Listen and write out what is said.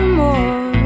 more